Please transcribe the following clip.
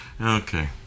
Okay